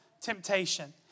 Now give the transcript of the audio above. temptation